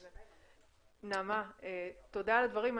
נעמה, תודה על הדברים.